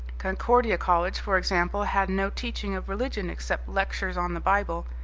concordia college, for example, had no teaching of religion except lectures on the bible.